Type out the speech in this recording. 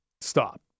stop